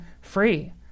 free